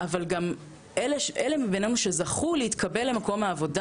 אבל גם אלה בינינו שזכו להתקבל למקום העבודה,